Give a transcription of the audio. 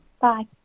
Bye